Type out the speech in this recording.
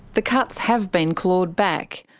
the cuts have been clawed back.